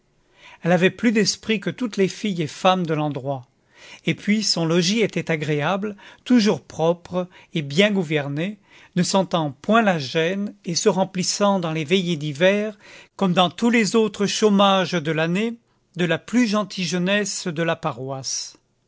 elle avait plus d'esprit que toutes les filles et femmes de l'endroit et puis son logis était agréable toujours propre et bien gouverné ne sentant point la gêne et se remplissant dans les veillées d'hiver comme dans tous les autres chômages de l'année de la plus gentille jeunesse de la paroisse